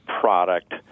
product